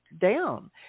down